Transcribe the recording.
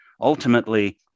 ultimately